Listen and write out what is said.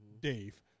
Dave